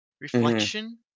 reflection